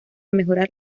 mejorar